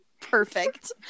perfect